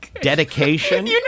dedication